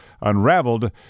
unraveled